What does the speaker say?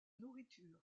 nourriture